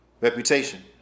reputation